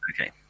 Okay